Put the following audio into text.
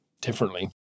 differently